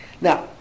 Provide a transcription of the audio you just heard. Now